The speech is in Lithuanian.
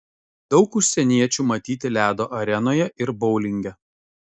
daug užsieniečių matyti ledo arenoje ir boulinge